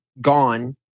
gone